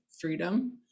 freedom